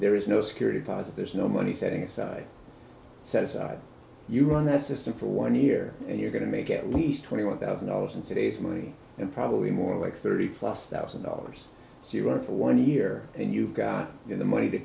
there is no security deposit there's no money setting aside set aside you run that system for one year and you're going to make at least twenty one thousand dollars in today's money and probably more like thirty dollars plus one thousand dollars so you work for one year and you've got the money to